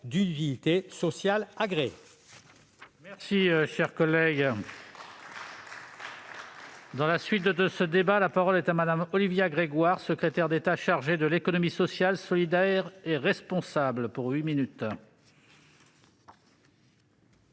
d'utilité sociale agréées